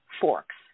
forks